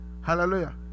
Hallelujah